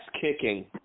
kicking